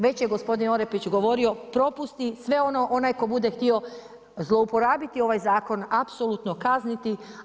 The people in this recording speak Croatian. Već je gospodin Orepić govorio propusti, sve ono, onaj tko bude htio zlouporabiti ovaj zakon apsolutno kazniti.